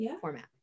format